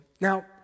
Now